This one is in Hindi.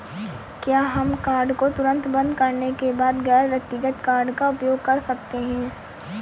क्या हम कार्ड को तुरंत बंद करने के बाद गैर व्यक्तिगत कार्ड का उपयोग कर सकते हैं?